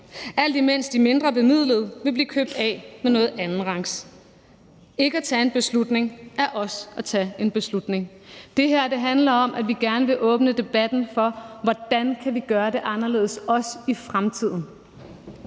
alt imens de mindrebemidlede vil blive købt af med noget andenrangs. Ikke at tage en beslutning er også at tage en beslutning. Det her handler om, at vi gerne vil åbne debatten for, hvordan vi kan gøre det anderledes, også i fremtiden.